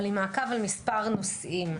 אבל היא מעקב על מספר נושאים.